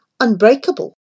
unbreakable